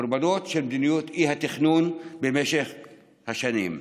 קורבנות של מדיניות האי-תכנון במשך שנים.